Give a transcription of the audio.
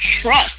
trust